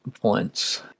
points